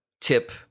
Tip